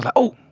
but oh!